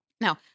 Now